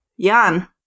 Jan